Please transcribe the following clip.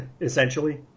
essentially